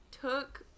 took